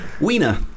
wiener